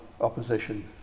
opposition